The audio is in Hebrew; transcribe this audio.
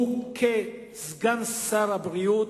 הוא כסגן שר הבריאות,